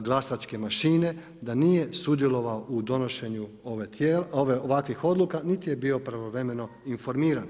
glasačke mašine, da nije sudjelovao u donošenju ovakvih odluka niti je bio pravovremeno informiran.